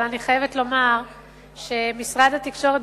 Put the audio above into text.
אבל אני חייבת לומר שמשרד התקשורת,